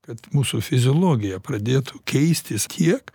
kad mūsų fiziologija pradėtų keistis tiek